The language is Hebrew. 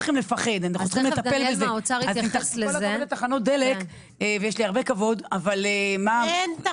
אני רוצה לדבר על כמה צעדים קונקרטיים: הנושא של